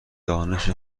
دانش